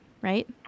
right